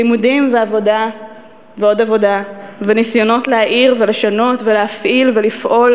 לימודים ועבודה ועוד עבודה וניסיונות להאיר ולשנות ולהפעיל ולפעול.